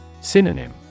Synonym